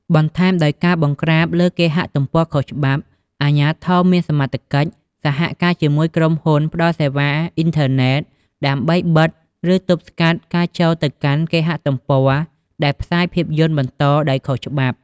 បន្ថែមដោយការបង្ក្រាបលើគេហទំព័រខុសច្បាប់ អាជ្ញាធរមានសមត្ថកិច្ចសហការជាមួយក្រុមហ៊ុនផ្តល់សេវាអ៊ីនធឺណិត ដើម្បីបិទ ឬទប់ស្កាត់ការចូលទៅកាន់គេហទំព័រដែលផ្សាយភាពយន្តបន្តដោយខុសច្បាប់។